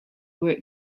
were